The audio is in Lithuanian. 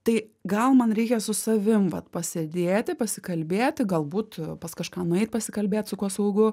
tai gal man reikia su savim vat pasėdėti pasikalbėti galbūt pas kažką nueit pasikalbėt su kuo saugu